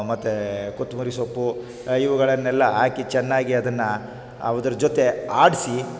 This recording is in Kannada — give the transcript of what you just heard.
ಮತ್ತು ಕೊತ್ಮುರಿ ಸೊಪ್ಪು ಇವುಗಳನ್ನೆಲ್ಲ ಹಾಕಿ ಚೆನ್ನಾಗಿ ಅದನ್ನು ಅವುದ್ರ ಜೊತೆ ಆಡಿಸಿ